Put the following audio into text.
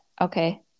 okay